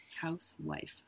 Housewife